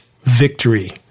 victory